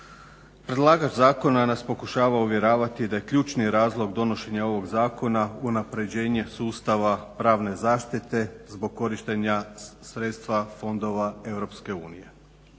Predlagač zakona nas pokušava uvjeravati da je ključni razlog donošenja ovog zakona unapređenje sustava pravne zaštite zbog korištenja sredstava fondova